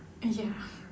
uh ya